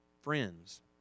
friends